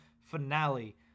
finale